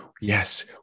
yes